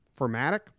formatic